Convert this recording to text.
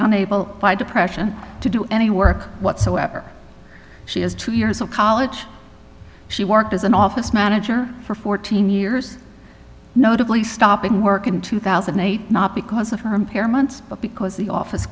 unable to pressure to do any work whatsoever she has two years of college she worked as an office manager for fourteen years notably stopping work in two thousand and eight not because of her impairments but because the office